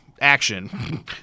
action